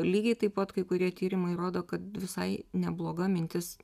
lygiai taip pat kai kurie tyrimai rodo kad visai nebloga mintis